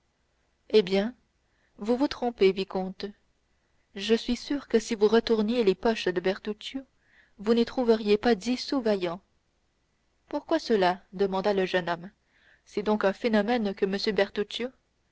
eh bien vous vous trompez vicomte je suis sûr que si vous retourniez les poches de bertuccio vous n'y trouveriez pas dix sous vaillant pourquoi cela demanda le jeune homme c'est donc un phénomène que